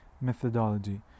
methodology